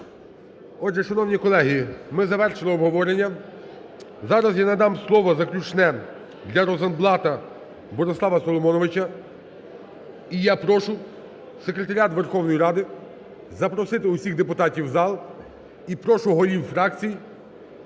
Отже, шановні колеги, ми завершили обговорення. Зараз я надам слово заключне для Розенблата Борислава Соломоновича. І я прошу Секретаріат Верховної Ради запросити усіх депутатів в зал. І прошу голів фракцій